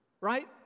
Right